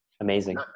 Amazing